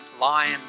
lion